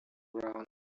round